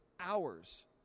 hours